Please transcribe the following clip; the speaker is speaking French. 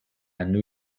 new